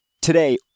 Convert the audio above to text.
Today